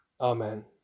Amen